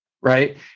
right